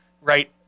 right